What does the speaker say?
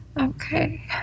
Okay